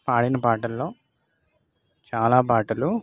పాడిన పాటల్లో చాలా పాటలు